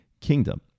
Kingdom